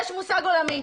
יש מושג עולמי,